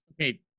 okay